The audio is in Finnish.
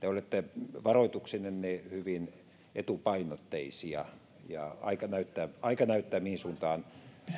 te olette varoituksinenne hyvin etupainotteisia ja aika näyttää aika näyttää mihin suuntaan